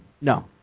No